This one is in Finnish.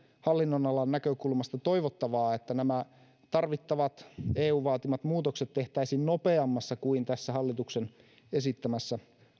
hallinnonalan näkökulmasta toivottavaa että nämä tarvittavat eun vaatimat muutokset tehtäisiin nopeammassa kuin tässä hallituksen esittämässä